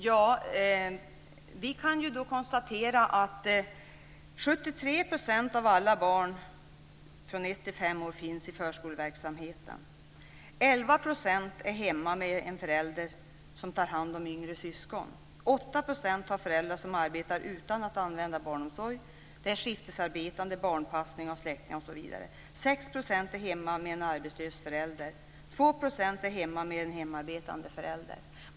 Fru talman! Vi kan konstatera att 73 % av alla barn i åldern ett-fem år finns i förskoleverksamheten. 11 % är hemma med en förälder som tar hand om yngre syskon. 8 % har föräldrar som arbetar utan att använda barnomsorg. Det gäller då skiftarbetande, barnpassning genom en släkting osv. 6 % är hemma med en arbetslös förälder. 2 % är hemma med en hemarbetande förälder.